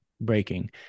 breaking